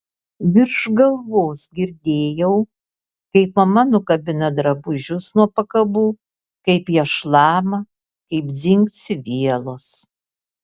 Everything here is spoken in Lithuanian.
virš galvos girdėjau kaip mama nukabina drabužius nuo pakabų kaip jie šlama kaip dzingsi vielos